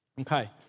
Okay